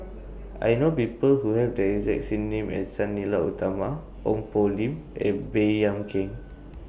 I know People Who Have The exact name as Sang Nila Utama Ong Poh Lim and Baey Yam Keng